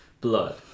blood